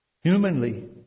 humanly